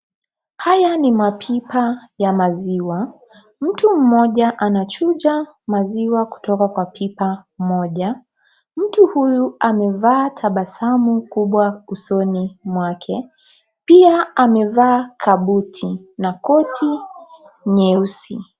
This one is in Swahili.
Haya ni mapipa ya maziwa. Mtu mmoja ana chija maziwa kutoka kwa pipa moja. Mtu huyu, amevaa tabasamu kubwa usoni mwake. Pia amevaa kabuti na koti nyeusi.